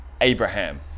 Abraham